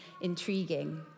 intriguing